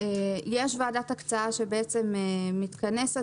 יש ועדת הקצאה שמתכנסת